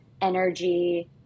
energy